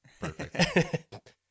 perfect